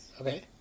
Okay